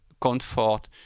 comfort